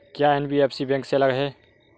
क्या NBFC bank से अलग है?